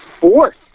fourth